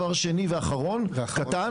דבר שני ואחרון, קטן.